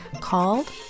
called